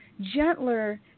gentler